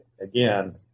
again